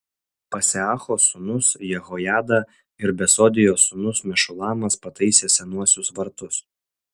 paseacho sūnus jehojada ir besodijos sūnus mešulamas pataisė senuosius vartus